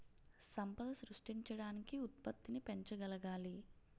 సంపద సృష్టించడానికి ఉత్పత్తిని పెంచగలగాలి